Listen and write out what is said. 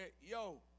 yo